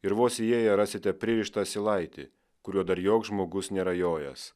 ir vos įėję rasite pririštą asilaitį kuriuo dar joks žmogus nėra jojęs